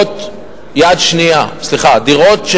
יש